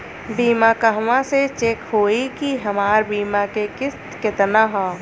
बीमा कहवा से चेक होयी की हमार बीमा के किस्त केतना ह?